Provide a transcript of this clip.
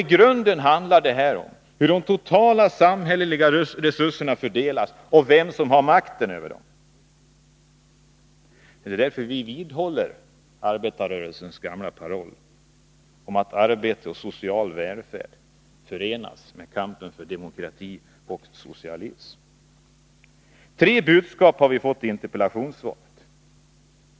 I grunden handlar detta om hur de totala samhälleliga resurserna fördelas och vem som har makten över dem. Det är därför vi vidhåller arbetarrörelsens gamla paroll att arbete och social välfärd förenas med kampen för demokrati och socialism. Tre budskap har vi fått i interpellationssvaret.